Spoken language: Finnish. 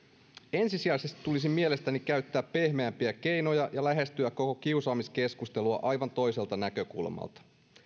ensisijaisesti tulisi mielestäni käyttää pehmeämpiä keinoja ja lähestyä koko kiusaamiskeskustelua aivan toiselta näkökulmalta